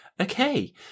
okay